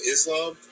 Islam